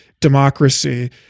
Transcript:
democracy